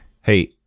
Hey